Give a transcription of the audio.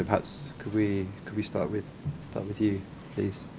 perhaps could we could we start with start with you please?